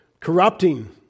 Corrupting